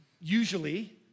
Usually